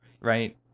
right